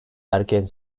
erken